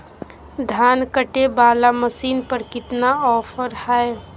धान कटे बाला मसीन पर कितना ऑफर हाय?